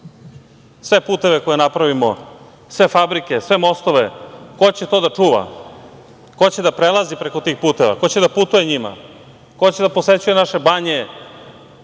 Sve puteve koje napravimo, sve fabrike, sve mostove, ko će to da čuva? Ko će da prelazi preko tih puteva, ko će da putuje njima, ko će da posećuje naše banje,